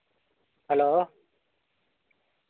hello